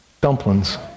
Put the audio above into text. dumplings